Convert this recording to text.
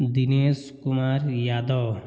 Dinesh Kumar Yadav